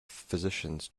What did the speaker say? physicians